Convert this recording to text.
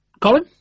Colin